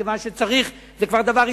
מכיוון שזה כבר דבר היסטורי,